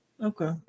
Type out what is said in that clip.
Okay